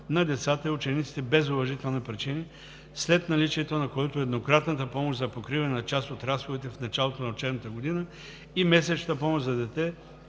на децата и учениците без уважителни причини, след наличието на който еднократната помощ за покриване на част от разходите в началото на учебната година и месечната помощ за дете